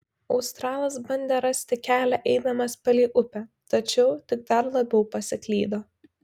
australas bandė rasti kelią eidamas palei upę tačiau tik dar labiau pasiklydo